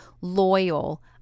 loyal